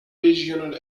regional